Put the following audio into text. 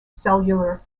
cellular